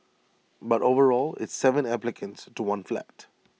but overall it's Seven applicants to one flat